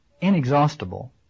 inexhaustible